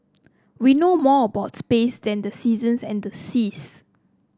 we know more about space than the seasons and the seas